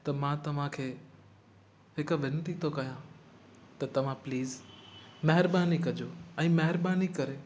त मां तव्हांखे हिक विनिती थो कयां त तव्हां प्लीस महिरबानी कजो ऐं महिरबानी करे